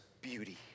beauty